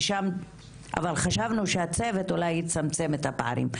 אבל חשבנו שהצוות אולי יצמצם את הפערים.